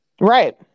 Right